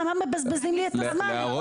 למה מבזבזים לי את הזמן?